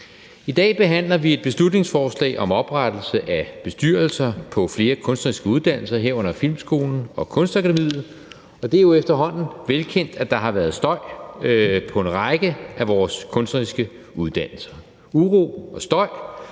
I dag behandler vi et beslutningsforslag om oprettelse af bestyrelser på flere kunstneriske uddannelser, herunder Filmskolen og Kunstakademiet. Og det er jo efterhånden velkendt, at der har været støj på en række af vores kunstneriske uddannelser – uro og støj,